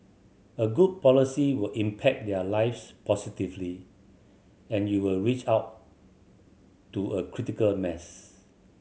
a good policy will impact their lives positively and you will reach out to a critical mass